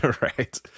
Right